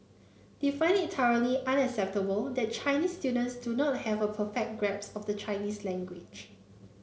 they find it unacceptable that Chinese students do not have a perfect grasps of the Chinese language